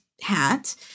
hat